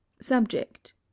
Subject